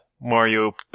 Mario